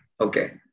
Okay